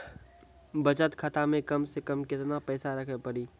बचत खाता मे कम से कम केतना पैसा रखे पड़ी?